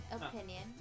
opinion